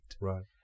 right